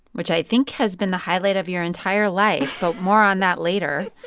which, i think, has been the highlight of your entire life, but more on that later.